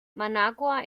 managua